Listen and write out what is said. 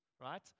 right